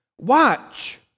watch